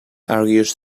argues